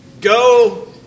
go